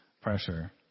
pressure